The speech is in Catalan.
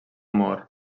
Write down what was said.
mor